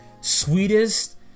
sweetest